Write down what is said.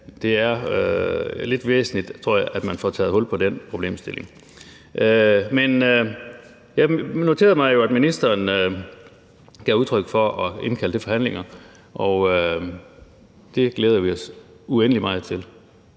Det er lidt væsentligt, tror jeg, at man får taget hul på den problemstilling. Men jeg noterede mig jo, at ministeren gav udtryk for at ville indkalde til forhandlinger, og det glæder vi os uendelig meget til.